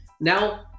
Now